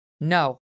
No